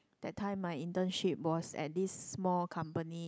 that time my internship was at this small company